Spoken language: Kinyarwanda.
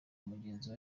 mugenzi